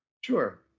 Sure